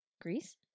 Greece